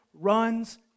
runs